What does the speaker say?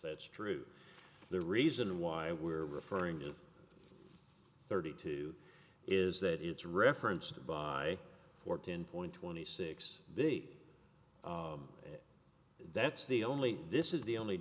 that's true the reason why we're referring to thirty two is that it's referenced by fourteen point twenty six that's the only this is the only